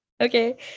okay